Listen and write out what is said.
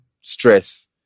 stress